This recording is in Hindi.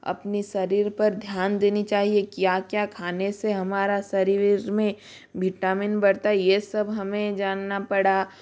अपने शरीर पर ध्यान देनी चाहिए क्या क्या खाने से हमारा शरीर में बिटामिन बढ़ता यह सब हमें जानना पड़ा